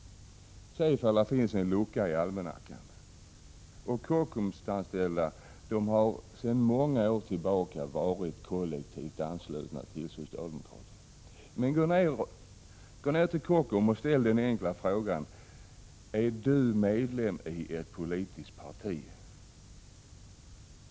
Se efter om det finns en lucka i almanackan! De Kockumsanställda har sedan många år tillbaka varit kollektivt anslutna till socialdemokraterna. Gå ner till Kockums och ställ den enkla frågan: Är du medlem i ett politiskt parti?